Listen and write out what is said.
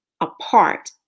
apart